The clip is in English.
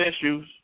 issues